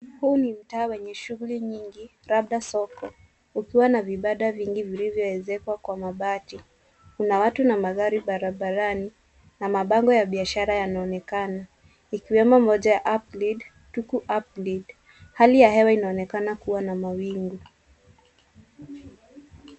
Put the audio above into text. Huu ni mtaa wenye shughuli nyingi, labda soko, ukiwa na vibanda vingi vilivyo ekwa kwa mabati. Kuna watu na magari barabarani na mabango ya biashara yanaonekana, ikiwemo moja ya uplead, tuku uplead . Hali ya hewa inaonekana kuwa na mawingu.